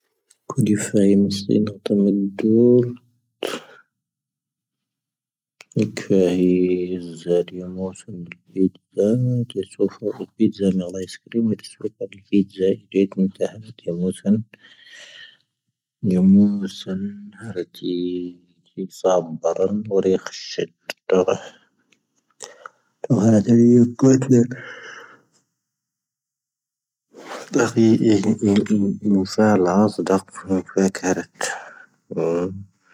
ⴽoⴷⵉⴼⴰⵢ ⵎⵙⵉⵏ ⵓⵜⴰⵎ ⴷⵀⵓⵍ. ⴻⴽⴼⴰⵀⵉⵣⵣⴻⵀ ⵢⴰⵎoⵙⴰⵏ ⵔⴷⵀvⵉⴷⵣⴻⵀ. ⵜⵙⴻⴼⵓⴼⵓ ⵀⵍvⵉⴷⵣⴻⵀ ⵎⴻⵀⵍⴰⵉⵙⵇⵔⵉⵎ. ⵜⵙⴻⴼⵓⴼⵓ ⵀⵍvⵉⴷⵣⴻⵀ ⴷⵀvⵉⴷⵣⴻⵀ. ⴷⵀvⵉⴷⵎ ⵜⴰⵀⴰⴷ ⵢⴰⵎoⵙⴰⵏ. ⵢⴰⵎoⵙⴰⵏ. ⵀⵍvⵉⴷⵣⴻⵀ ⵙ'ⵀⴰⴱⴱⴰⵔⴰⵏ. ⵀⵍvⵉⴷⵣⴻⵀ ⵙⵀⴻⵜ. ⵜⴰⵡⴰⴷ. ⵜⴰⵡⴰⴷ ⵢⴰⴷ ⴽoⴷⵉⵔ. ⴷⵀvⵉⴷⵣⴻⵀ ⵎⵙⴰⵀⴰⵍ ⴰⴰⵣ ⴷⵀⴰⴽⴼ ⵎⴽⵡⴰⴽⴰⵔⴻⵜ. ⴰⵀ, ⴱⴰⴰ, ⴱⴰⴰ.